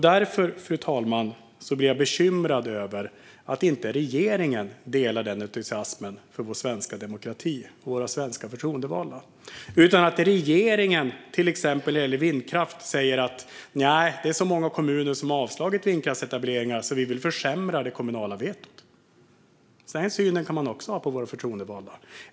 Därför blir jag bekymrad över att regeringen inte delar denna entusiasm för vår svenska demokrati och våra svenska förtroendevalda utan att regeringen när det till exempel gäller vindkraft säger: Det är så många kommuner som har avslagit vindkraftsetableringar, så vi vill försämra det kommunala vetot. Den synen kan man också ha på våra förtroendevalda.